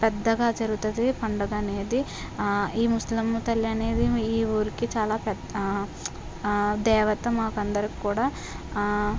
పెద్దగా జరుగుతుంది పండుగ అనేది ఆ ఈ ముసలమ్మ తల్లి అనేది ఈ ఊరికి చాలా ఆ పెద్ద దేవత మాకందరికి కూడా ఆ